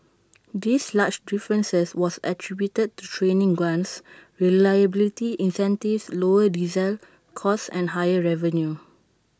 this large differences was attributed to training grants reliability incentives lower diesel costs and higher revenue